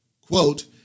Quote